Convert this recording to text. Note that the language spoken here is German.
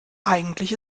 eigentlich